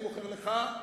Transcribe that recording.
אני מוכר לך,